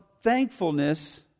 thankfulness